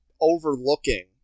overlooking